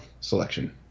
selection